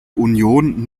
union